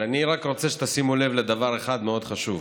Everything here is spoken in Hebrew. אבל אני רוצה שתשימו לדבר אחד מאוד חשוב: